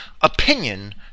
opinion